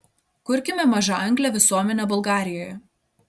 kurkime mažaanglę visuomenę bulgarijoje